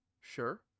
sure